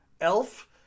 Elf